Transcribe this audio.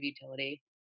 utility